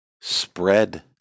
Spread